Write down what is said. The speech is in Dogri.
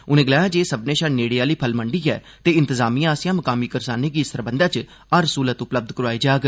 उनें गलाया जे एह् सब्मनें शा नेड़े आह्ली फल मंडी ऐ ते इंतजामिया आसेआ मुकामी करसानें गी इस सरबंधै च हर स्हूलत उपलब्ध करोआई जाग